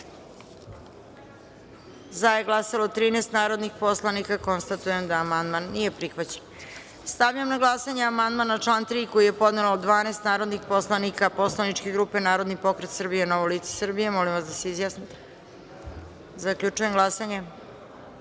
za – šest narodnih poslanika. Konstatujem da amandman nije prihvaćen. Stavljam na glasanje amandman na član 2. koji je podnelo 12 narodnih poslanika poslaničke grupe Narodni pokret Srbije – Novo lice Srbije. Molim vas da se izjasnimo. Zaključujem glasanje. Niko